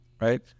Right